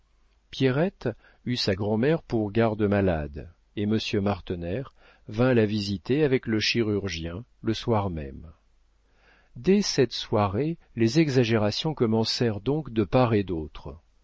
pierrette eut sa grand'mère pour garde-malade et monsieur martener vint la visiter avec le chirurgien le soir même dès cette soirée les exagérations commencèrent donc de part et d'autre